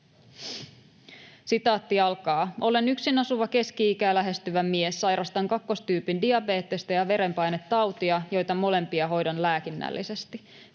sitaattia alkaa